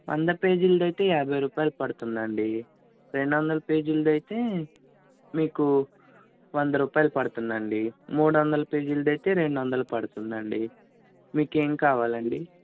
వంద పేజీలది అయితే యాభై రూపాయలు పడుతుందండి రెండు వందల పేజీలది అయితే మీకు వంద రూపాయలు పడుతుందండి మూడు వందల పేజీలది అయితే రెండొందలు పడుతుందండి మీకు ఏం కావాలండి